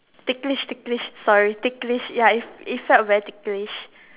ticklish ticklish sorry ticklish ya it f~ it felt very ticklish